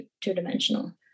two-dimensional